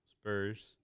Spurs